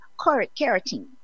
carotene